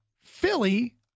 Philly